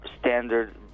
standard